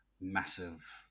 massive